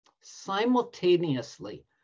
simultaneously